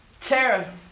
Tara